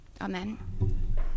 Amen